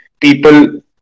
people